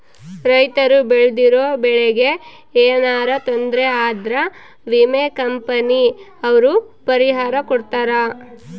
ರೈತರು ಬೆಳ್ದಿರೋ ಬೆಳೆ ಗೆ ಯೆನರ ತೊಂದರೆ ಆದ್ರ ವಿಮೆ ಕಂಪನಿ ಅವ್ರು ಪರಿಹಾರ ಕೊಡ್ತಾರ